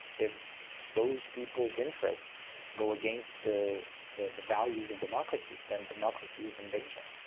if those people's interests go against the the the values of democracy, then democracy is in danger.